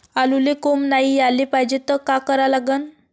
आलूले कोंब नाई याले पायजे त का करा लागन?